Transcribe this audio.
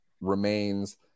remains